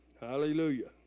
Hallelujah